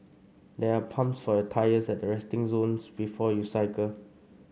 there are pumps for your tyres at resting zones before you cycle